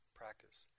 practice